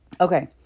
okay